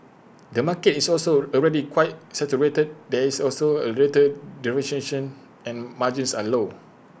the market is also already quite saturated there is also A little and margins are low